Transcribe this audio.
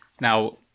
Now